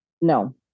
No